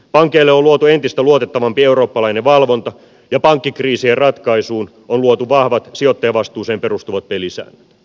pankeille on luotu entistä luotettavampi eurooppalainen valvonta ja pankkikriisien ratkaisuun on luotu vahvat sijoittajavastuuseen perustuvat pelisäännöt